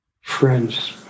friends